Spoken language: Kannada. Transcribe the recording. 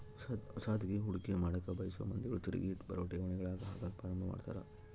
ಹೊಸದ್ಗಿ ಹೂಡಿಕೆ ಮಾಡಕ ಬಯಸೊ ಮಂದಿಗಳು ತಿರಿಗಿ ಬರೊ ಠೇವಣಿಗಳಗ ಹಾಕಕ ಪ್ರಾರಂಭ ಮಾಡ್ತರ